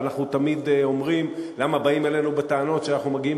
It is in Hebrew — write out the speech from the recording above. ואנחנו תמיד אומרים: למה באים אלינו בטענות שאנחנו מגיעים